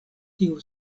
tiu